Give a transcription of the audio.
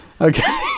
Okay